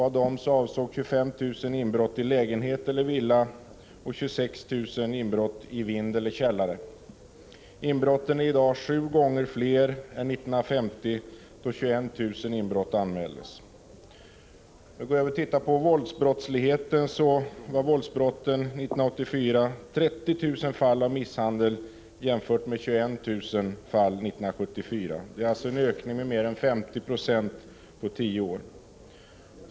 Av dem avsåg 25 000 inbrott i lägenhet eller villa och 26 000 inbrott på vind eller i källare. Inbrotten är i dag sju gånger fler än år 1950, då 21 000 inbrott anmäldes. År 1984 anmäldes 33 000 fall av misshandel, jämfört med 21 000 fall år 1974, en ökning med mer än 50 96 på 10 år.